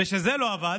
וכשזה לא עבד,